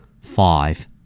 Five